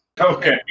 okay